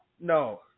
no